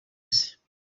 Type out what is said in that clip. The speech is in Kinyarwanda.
yose